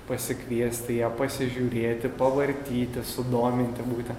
pasikviesti ją pasižiūrėti pavartyti sudominti būtent